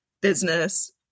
business